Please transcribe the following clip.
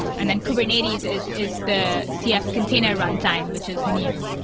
and then kubernetes is is the cf container runtime, which his new.